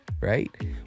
right